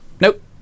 nope